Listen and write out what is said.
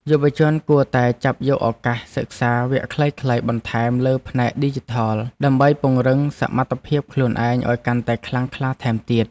យុវជនគួរតែចាប់យកឱកាសសិក្សាវគ្គខ្លីៗបន្ថែមលើផ្នែកឌីជីថល ដើម្បីពង្រឹងសមត្ថភាពខ្លួនឯងឱ្យកាន់តែខ្លាំងក្លាថែមទៀត។